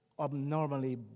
abnormally